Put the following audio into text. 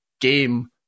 game